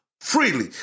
Freely